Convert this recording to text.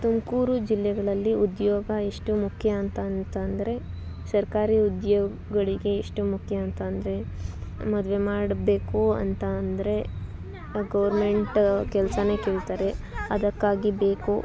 ತುಮಕೂರು ಜಿಲ್ಲೆಗಳಲ್ಲಿ ಉದ್ಯೋಗ ಎಷ್ಟು ಮುಖ್ಯ ಅಂತಂತಂದ್ರೆ ಸರ್ಕಾರಿ ಉದ್ಯೋಗಳಿಗೆ ಎಷ್ಟು ಮುಖ್ಯ ಅಂತ ಅಂದರೆ ಮದುವೆ ಮಾಡಬೇಕು ಅಂತ ಅಂದರೆ ಈಗ ಗೌರ್ಮೆಂಟ್ ಕೆಲಸನೇ ಕೇಳ್ತಾರೆ ಅದಕ್ಕಾಗಿ ಬೇಕು